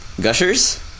Gushers